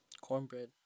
Cornbread